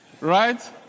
right